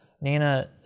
Nina